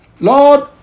Lord